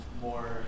more